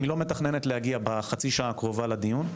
אם היא לא מתכננת להגיע בחצי שעה הקרובה לדיון,